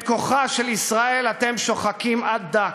את כוחה של ישראל אתם שוחקים עד דק.